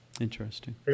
Interesting